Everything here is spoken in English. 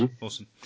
awesome